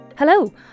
Hello